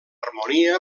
harmonia